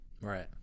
Right